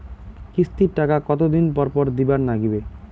কিস্তির টাকা কতোদিন পর পর দিবার নাগিবে?